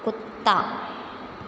कुत्ता